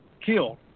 killed